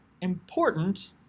important